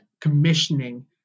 commissioning